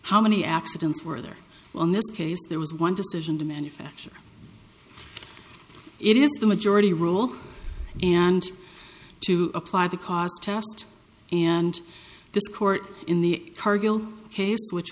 how many accidents were there on this case there was one decision to manufacture it is the majority rule and to apply the cost test and this court in the cargill case which